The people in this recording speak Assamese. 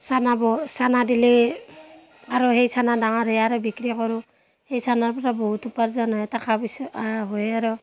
ছানা ব ছানা দিলে আৰু সেই ছানা ডাঙৰ হয় আৰু বিক্ৰী কৰোঁ সেই ছানাৰপৰা বহুত উপাৰ্জন হয় টকা পইচা হয় আৰু